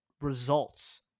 results